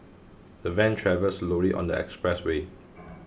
the van travelled slowly on the expressway